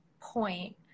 point